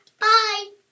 Bye